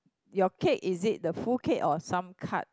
your cake is it the full cake or some cut